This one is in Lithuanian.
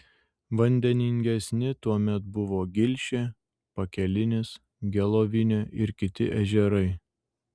vandeningesni tuomet buvo gilšė pakelinis gelovinė ir kiti ežerai